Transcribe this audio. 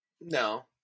No